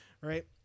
Right